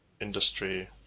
industry